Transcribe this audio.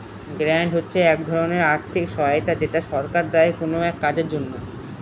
grant হচ্ছে এক ধরনের আর্থিক সহায়তা যেটা সরকার দেয় কোনো কাজের জন্য